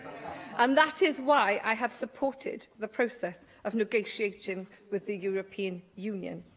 um that is why i have supported the process of negotiation with the european union.